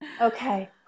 okay